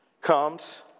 comes